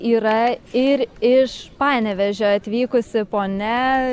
yra ir iš panevėžio atvykusi ponia